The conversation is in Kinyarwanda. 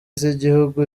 z’igihugu